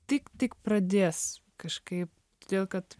tik tik pradės kažkaip todėl kad